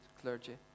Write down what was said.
clergy